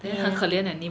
ya